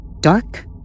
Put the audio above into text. Dark